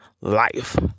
life